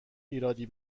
ایرادی